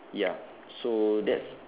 ya so that's